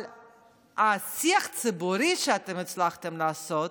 אבל השיח הציבורי שאתם הצלחתם לעשות,